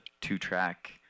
two-track –